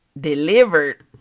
delivered